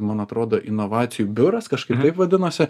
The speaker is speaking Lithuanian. man atrodo inovacijų biuras kažkaip taip vadinosi